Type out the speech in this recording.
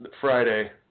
Friday